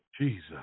Jesus